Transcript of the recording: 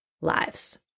lives